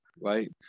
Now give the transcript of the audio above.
right